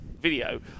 video